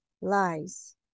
lies